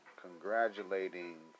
congratulating